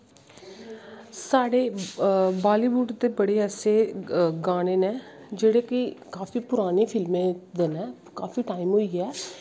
साढ़े Bollywood दे बड़े ऐसे गाने नै कि जेह्ड़े काफी पुराने फिल्में दे नै काफी टाईम होई गेआ ऐ